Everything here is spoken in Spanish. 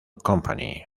company